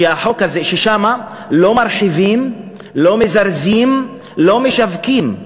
ששם לא מרחיבים, לא מזרזים, לא משווקים.